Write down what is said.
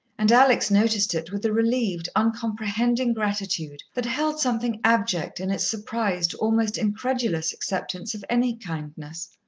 and alex noticed it with a relieved, uncomprehending gratitude that held something abject in its surprised, almost incredulous acceptance of any kindness.